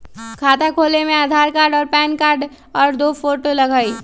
खाता खोले में आधार कार्ड और पेन कार्ड और दो फोटो लगहई?